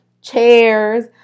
chairs